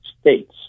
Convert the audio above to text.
States